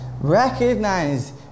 recognize